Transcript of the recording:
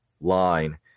line